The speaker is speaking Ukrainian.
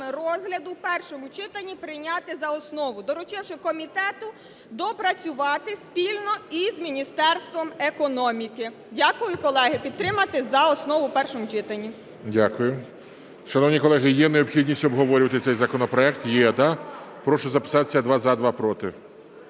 розгляду в першому читанні прийняти за основу, доручивши комітету доопрацювати спільно з Міністерством економіки. Дякую, колеги. Підтримати за основу в першому читанні. ГОЛОВУЮЧИЙ. Дякую. Шановні колеги, є необхідність обговорювати цей законопроект? Є. Прошу записатися: два – за, два – проти.